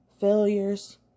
Failures